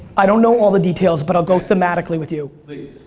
i don't know all the details, but i'll go thematically with you. please.